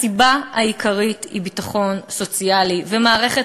הסיבה העיקרית היא ביטחון סוציאלי ומערכת